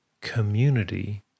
community